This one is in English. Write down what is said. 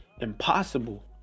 impossible